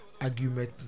argument